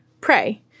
pray